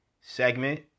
segment